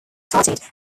started